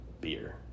beer